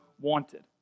wanted